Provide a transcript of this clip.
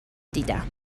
دیدم